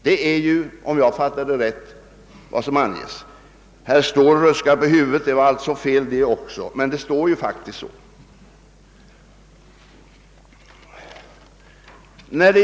Detta är vad som menas om jag fattat rätt. Herr Ståhl ruskar på huvudet, så det var alltså fel det också. Men det står ju faktiskt så.